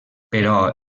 però